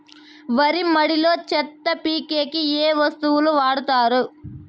వరి మడిలో చెత్త పీకేకి ఏ వస్తువులు వాడుతారు?